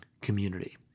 community